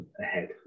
ahead